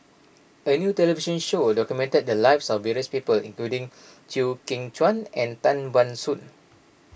a new television show documented the lives of various people including Chew Kheng Chuan and Tan Ban Soon